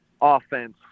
offense